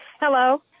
Hello